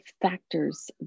factors